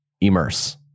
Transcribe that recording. immerse